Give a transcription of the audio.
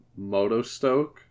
Motostoke